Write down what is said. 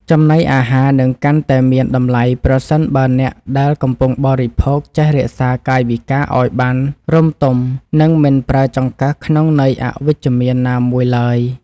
ចំណីអាហារនឹងកាន់តែមានតម្លៃប្រសិនបើអ្នកដែលកំពុងបរិភោគចេះរក្សាកាយវិការឱ្យបានរម្យទមនិងមិនប្រើចង្កឹះក្នុងន័យអវិជ្ជមានណាមួយឡើយ។